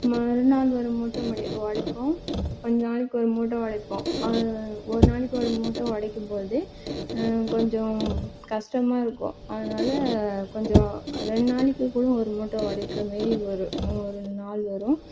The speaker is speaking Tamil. மறுநாள் ஒரு மூட்டை உடை உடைப்போம் கொஞ்சம் நாளைக்கு ஒரு மூட்டை உடைப்போம் ஒரு நாளைக்கு ஒரு மூட்டை உடைக்கும் போது கொஞ்சம் கஷ்டமாகருக்கும் அதனால் கொஞ்சம் ரெண் நாளைக்கு கூட ஒரு மூட்டை உடைக்கிற மாரி வரும் ஒரு நாள் வரும்